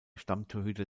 stammtorhüter